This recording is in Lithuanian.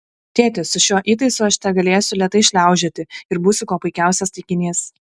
tėti su šiuo įtaisu aš tegalėsiu lėtai šliaužioti ir būsiu kuo puikiausias taikinys